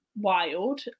Wild